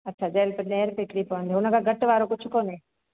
अच्छा gel pen ॾहें रुपए हिकिड़ी पवंदी उनखां घटि वारो कुझु कोन्हे